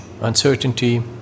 uncertainty